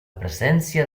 presència